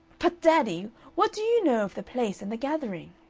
but, daddy, what do you know of the place and the gathering?